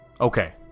Okay